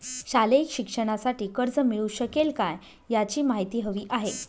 शालेय शिक्षणासाठी कर्ज मिळू शकेल काय? याची माहिती हवी आहे